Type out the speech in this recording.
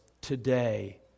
today